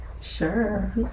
Sure